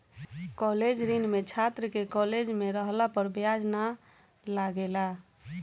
college ऋण में छात्र के कॉलेज में रहला पर ब्याज ना लागेला